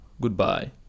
Goodbye